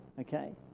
okay